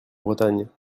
bretagne